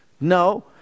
No